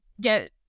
get